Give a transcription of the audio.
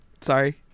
Sorry